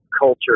culture